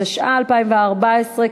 התשע"ה 2014,